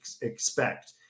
expect